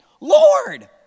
Lord